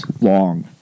long